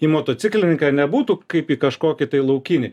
į motociklininką nebūtų kaip į kažkokį tai laukinį